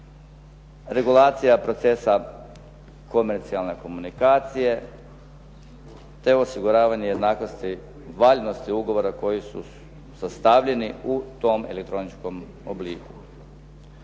regulacija procesa komercijalne komunikacije, te osiguravanje jednakosti valjanosti ugovora koji su sastavljeni u tom elektroničkom obliku.